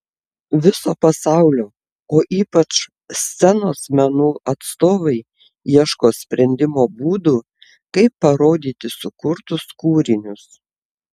viso pasaulio o ypač scenos menų atstovai ieško sprendimo būdų kaip parodyti sukurtus kūrinius